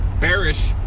bearish